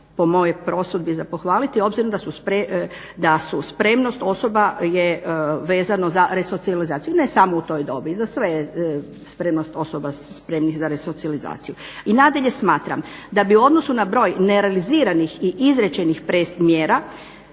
po mojoj prosudbi za pohvalit obzirom da su, spremnost osoba je vezano za resocijalizaciju ne samo u toj dobi, za sve je spremnost osoba spremnih za resocijalizaciju. I nadalje smatram da bi u odnosu na broj nerealiziranih i izrečenih mjera